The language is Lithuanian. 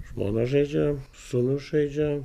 žmona žaidžia sūnus žaidžia